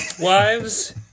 wives